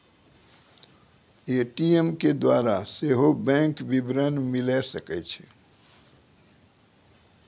ATM के द्वारा सेहो बैंक विबरण मिले सकै छै